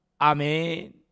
Amen